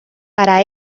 para